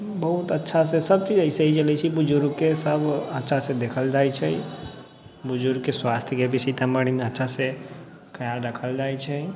बहुत अच्छासँ सब चीज अइसे ही चलै छै बुजुर्गके सब अच्छासँ देखल जाइ छै बुजुर्गके स्वास्थ्यके भी सीतामढ़ीमे अच्छासँ ख्याल रखल जाइ छै